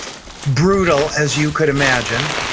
brutal, as you could imagine.